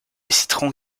citron